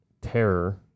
terror